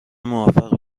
موفق